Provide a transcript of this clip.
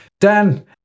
Dan